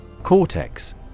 cortex